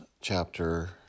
chapter